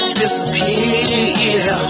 disappear